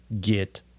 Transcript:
get